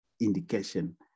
indication